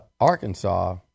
Arkansas